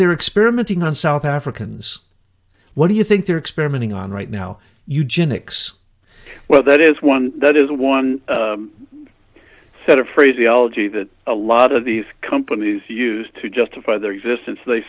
they're experimenting on south africans what do you think they're experimenting on right now eugenics well that is one that is one set a phraseology that a lot of these companies used to justify their existence they